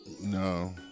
No